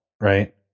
Right